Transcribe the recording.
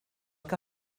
que